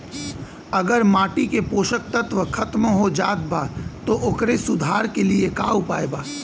अगर माटी के पोषक तत्व खत्म हो जात बा त ओकरे सुधार के लिए का उपाय बा?